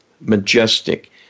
majestic